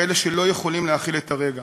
כאלה שלא יכולים להכיל את הרגע.